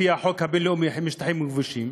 לפי החוק הבין-לאומי הם שטחים כבושים,